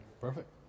Perfect